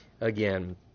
again